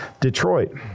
Detroit